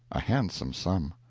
a handsome sum.